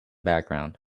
background